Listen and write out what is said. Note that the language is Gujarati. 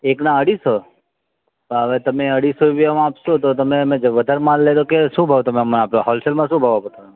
એકના અઢીસો ભાવે તમે અઢીસો રૂપિયામાં આપશો તો તમે અમે વધારે માલ લઈએ તો કે શું ભાવ તમે અમને આપશો હોલસેલમાં શું ભાવ આપો તમે